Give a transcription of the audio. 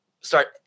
start